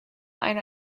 eine